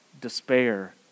despair